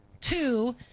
Two